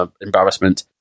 embarrassment